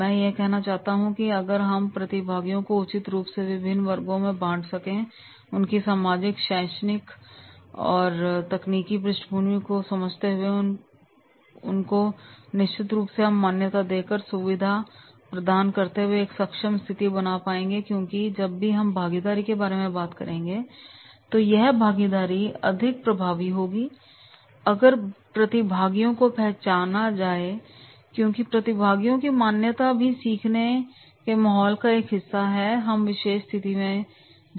मैं यह कहना चाहता हूं कि अगर हम प्रतिभागियों को उचित रूप से विभिन्न वर्गों में बांट सकें उनकी सामाजिक शैक्षिक तकनीकी पृष्ठभूमि को समझते हुए तो निश्चित रूप से हम मान्यता देकर सुविधा प्रदान करते हुए एक सक्षम स्थिति बना पाएंगे क्योंकि जब भी हम भागीदारी के बारे में बात करेंगे तो यह भागीदारी अधिक प्रभावी होगी अगर प्रतिभागियों को पहचाना जाए क्योंकि प्रतिभागियों की मान्यता भी सीखने के माहौल का एक हिस्सा है जो हम विशेष स्थिति मैं बनाते हैं